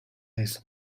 his